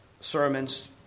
sermons